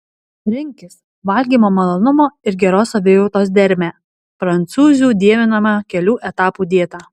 rinkis valgymo malonumo ir geros savijautos dermę prancūzių dievinamą kelių etapų dietą